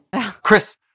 Chris